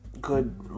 good